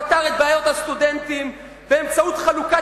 פתר את בעיות הסטודנטים באמצעות חלוקת